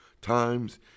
times